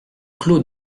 clos